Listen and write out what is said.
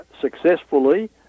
successfully